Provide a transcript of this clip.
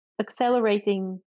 accelerating